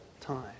time